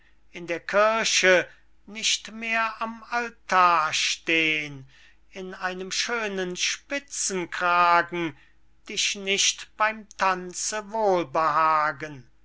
in der kirche nicht mehr am altar stehn in einem schönen spitzenkragen dich nicht beym tanze wohlbehagen